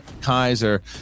Kaiser